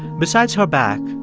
besides her back,